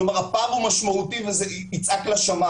כלומר, הפער הוא משמעותי והוא יצעק לשמים.